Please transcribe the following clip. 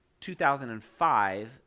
2005